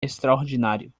extraordinário